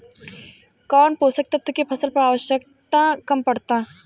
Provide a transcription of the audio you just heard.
कौन पोषक तत्व के फसल पर आवशयक्ता कम पड़ता?